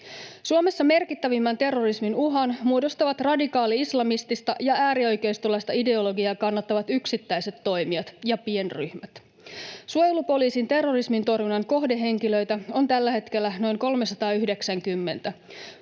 Suomessa merkittävimmän terrorismin uhan muodostavat radikaali-islamistista ja äärioikeistolaista ideologiaa kannattavat yksittäiset toimijat ja pienryhmät. Suojelupoliisin terrorismin torjunnan kohdehenkilöitä on tällä hetkellä noin 390.